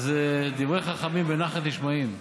"דברי חכמים בנחת נשמעים".